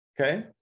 Okay